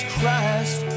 Christ